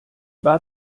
war